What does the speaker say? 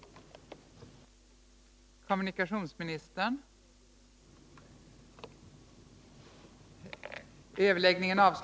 Torsdagen den